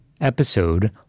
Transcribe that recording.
episode